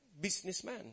businessman